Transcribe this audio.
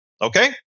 Okay